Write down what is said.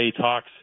talks